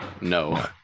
No